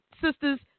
Sisters